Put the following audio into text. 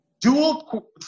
Dual